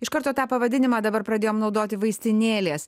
iš karto tą pavadinimą dabar pradėjom naudoti vaistinėlės